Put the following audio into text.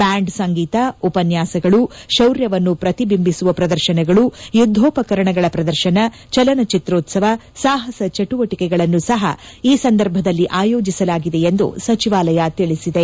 band ಸಂಗೀತ ಉಪನ್ಯಾಸಗಳು ಶೌರ್ಯವನ್ನು ಪ್ರತಿಬಿಂಬಿಸುವ ಪ್ರದರ್ಶನಗಳು ಯುದ್ಯೋಪಕರಣಗಳ ಪ್ರದರ್ಶನ ಚಲನಚಿತ್ರೋತ್ಸವ ಸಾಹಸ ಚಟುವಟಿಕೆಗಳನ್ನು ಸಹ ಆಯೋಜಿಸಲಾಗಿದೆ ಎಂದು ಸಚಿವಾಲಯ ತಿಳಿಸಿದೆ